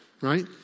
right